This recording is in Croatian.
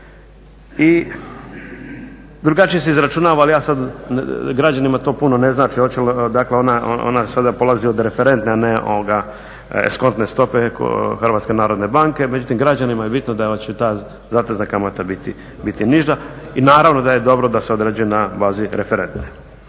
i drugačije se izračunava, ali građanima to puno ne znači dakle ona sada polazi od referentne a ne s kontne stope Hrvatske narodne banke, međutim građanima je bitno da će ta zatezna kamata biti niža i naravno da je dobro da se određuje na bazi referentne.